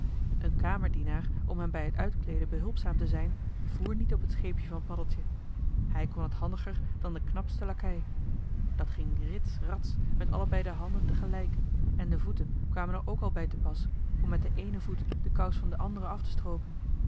een kamerdienaar om hem bij het uitkleeden behulpzaam te zijn voer niet op het scheepje van paddeltje hij kon het handiger dan de knapste lakei dat ging rits rats met allebei de handen te gelijk en de voeten kwamen er ook al bij te pas om met den eenen voet de kous van den anderen af te stroopen